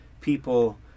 people